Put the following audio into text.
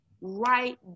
right